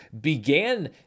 began